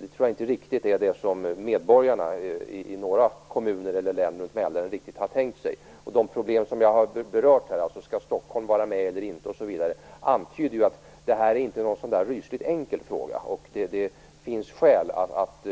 Det tror jag inte riktigt är vad medborgarna i några av kommunerna eller länen runt Mälaren har tänkt sig. De problem jag har berört här, om Stockholm skall vara med eller inte osv., antyder att detta inte är någon rysligt enkel fråga. Det finns skäl att